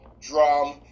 drum